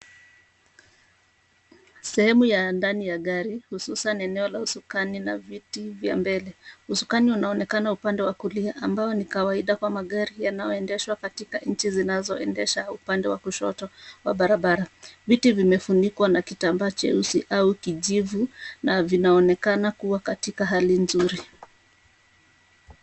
Sehemu ya ndani ya gari, hususan eneo la usukani na viti vya mbele, usukani unaonekana upande wa kulia ambao ni kawaida kwa magari yanayoendeshwa katika nchi zinazo endesha kwa upande wakushoto wa barabara. Viti vimefunikwa na kitamba cheusi au kijivu na vinaonekana kuwa katika hali nzuri.